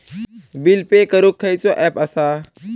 Bill pay करूक खैचो app असा?